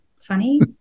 funny